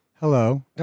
Hello